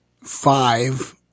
five